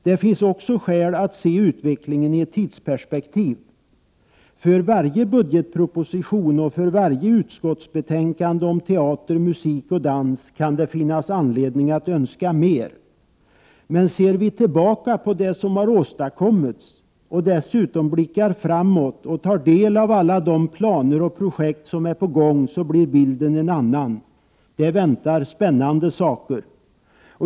Det finns också skäl att se utvecklingen i ett tidsperspektiv. För varje budgetproposition och för varje utskottsbetänkande om teater, musik och dans kan det finnas anledning att önska mer. Men ser vi tillbaka på det som har åstadkommits, och blickar vi dessutom framåt och tar del av alla de planer som finns och projekt som är på gång, blir bilden en annan. Det väntar spännande saker!